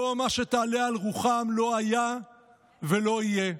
לא מה שתעלה על רוחם, לא היה ולא יהיה.